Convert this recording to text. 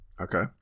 Okay